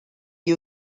gli